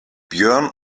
björn